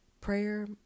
prayer